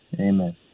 amen